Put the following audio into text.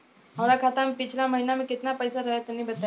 हमरा खाता मे पिछला महीना केतना पईसा रहे तनि बताई?